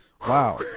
Wow